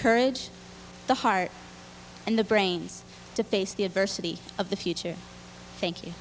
courage the heart and the brains to face the adversity of the future thank you